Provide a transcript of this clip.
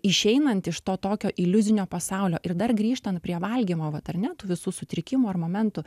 išeinant iš to tokio iliuzinio pasaulio ir dar grįžtant prie valgymo vat ar ne tų visų sutrikimų ar momentų